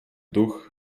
duch